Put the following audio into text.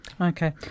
Okay